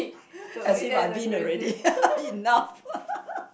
as if I've been already enough